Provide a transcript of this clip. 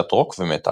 במוזיקת רוק ומטאל.